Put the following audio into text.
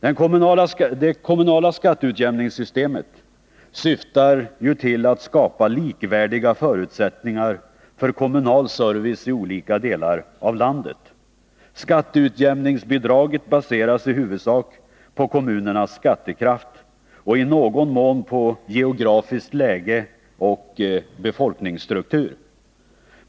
Det kommunala skatteutjämningssystemet syftar ju till att skapa likvärdiga förutsättningar för kommunal service i olika delar av landet. Skatteutjämningsbidraget baseras i huvudsak på kommunernas skattekraft samt i någon mån på geografiskt läge och befolkningsstruktur.